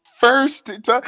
first